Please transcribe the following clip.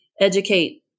educate